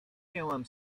miałam